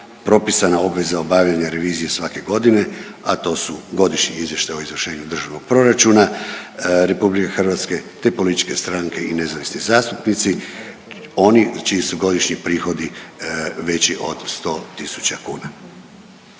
propisana obveza obavljanja revizije svake godine, a to su godišnji izvještaj o izvršenju državnog proračuna RH te političke stranke i nezavisni zastupnici, oni čiji su godišnji prihodi veći od 100 tisuća kuna.